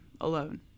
alone